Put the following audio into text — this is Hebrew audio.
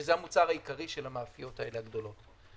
שזה המוצר העיקרי של המאפיות הגדולות האלה.